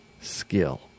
skill